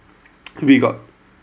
we got